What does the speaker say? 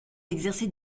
exercé